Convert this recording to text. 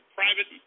private